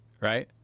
Right